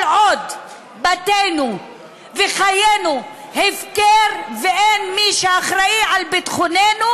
כל עוד בתינו וחיינו הפקר ואין מי שאחראי לביטחוננו,